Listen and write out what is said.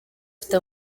bafite